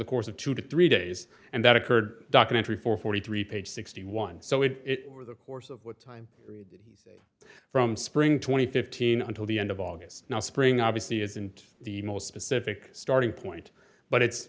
the course of two to three days and that occurred documentary for forty three page sixty one dollars so if it were the course of what time from spring two thousand and fifteen until the end of august now spring obviously isn't the most specific starting point but it's